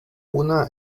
una